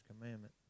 commandment